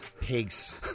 Pigs